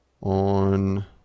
on